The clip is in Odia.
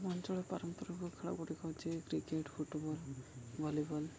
ଆମ ଅଞ୍ଚଳ ପାରମ୍ପାରିକ ଖେଳ ଗୁଡ଼ିକ ହେଉଛି କ୍ରିକେଟ ଫୁଟବଲ୍ ଭଲିବଲ